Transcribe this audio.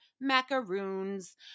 macaroons